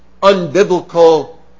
unbiblical